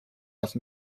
out